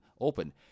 open